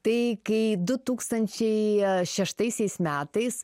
tai kai du tūkstančiai šeštaisiais metais